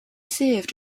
served